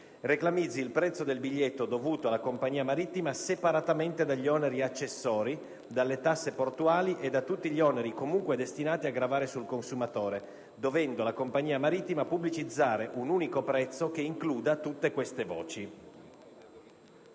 reclamizzi il prezzo del biglietto dovuto alla compagnia marittima separatamente dagli oneri accessori, dalle tasse portuali e da tutti gli oneri comunque destinati a gravare sul consumatore, dovendo la compagnia marittima pubblicizzare un unico prezzo che includa tutte questi voci».